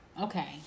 Okay